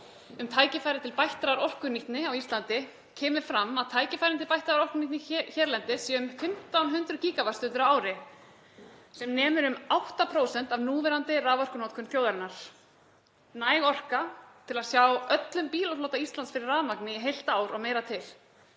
um tækifæri til bættrar orkunýtni á Íslandi, kemur fram að tækifæri til bættrar orkunýtni hérlendis eru um 1.500 GWst á ári eða sem nemur um 8% af núverandi raforkunotkun þjóðarinnar — næg orka til að sjá öllum bílaflota Íslands fyrir rafmagni í heilt ár og meira til.